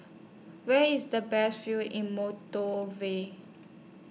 Where IS The Best View in Moldova